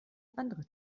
andere